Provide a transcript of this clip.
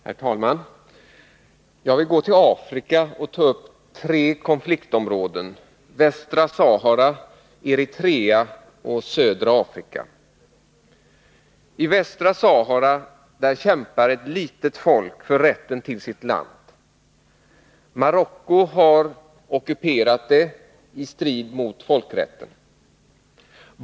Herr talman! Jag vill gå till Afrika och ta upp tre konfliktområden: Västra Sahara, Eritrea och Södra Afrika. I Västra Sahara kämpar ett litet folk för rätten till sitt land. Marocko har ockuperat det i strid mot folkrätten.